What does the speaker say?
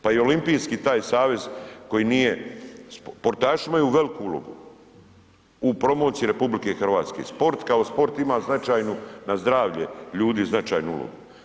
Pa i olimpijski taj savez koji nije, sportaši imaju veliku ulogu u promociji RH, sport kao sport ima značajnu na zdravlje ljudi značajnu ulogu.